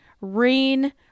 rain